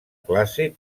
classe